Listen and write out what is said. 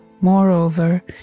Moreover